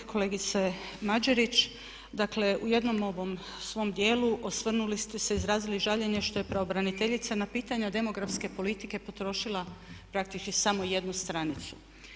Kolegice Mađerić, dakle u jednom ovom svom dijelu osvrnuli ste se, izrazili žaljenje što je pravobraniteljica na pitanja demografske politike potrošila praktički samo jednu stranicu.